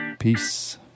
Peace